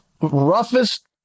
roughest